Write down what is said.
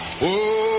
Whoa